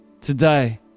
Today